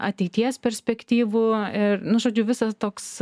ateities perspektyvų ir nu žodžiu visas toks